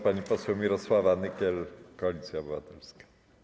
Pani poseł Mirosława Nykiel, Koalicja Obywatelska.